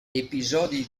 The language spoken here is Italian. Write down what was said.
episodi